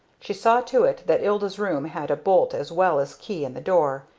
she saw to it that ilda's room had a bolt as well as key in the door,